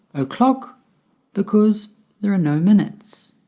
o'clock because there are no minutes